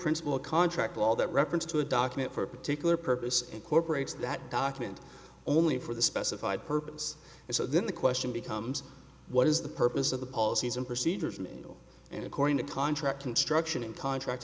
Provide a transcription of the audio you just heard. principle of contract law that reference to a document for a particular purpose incorporates that document only for the specified purpose and so then the question becomes what is the purpose of the policies and procedures and according to contract construction and contract